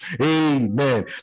Amen